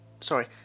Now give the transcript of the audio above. Sorry